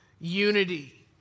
unity